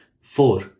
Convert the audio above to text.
Four